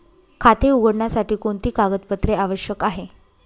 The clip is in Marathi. खाते उघडण्यासाठी कोणती कागदपत्रे आवश्यक आहे?